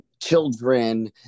children